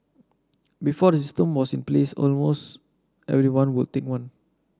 before the system was in place almost everyone would take one